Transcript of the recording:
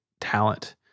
talent